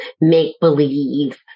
make-believe